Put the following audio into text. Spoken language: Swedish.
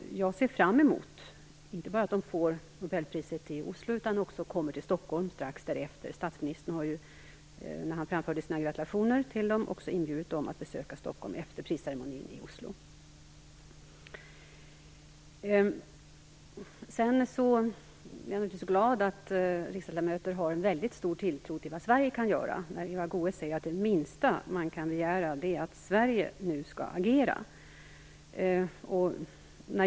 Jag ser fram emot inte bara att de får nobelpriset i Oslo utan också att de kommer till Stockholm strax därefter. Statsministern inbjöd dem att besöka Stockholm efter prisceremonin i Oslo när han framförde sina gratulationer. Jag är naturligtvis glad över att riksdagsledamöter har en väldigt stor tilltro till vad Sverige kan göra. Eva Goës säger att det minsta man kan begära är att Sverige agerar.